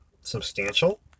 substantial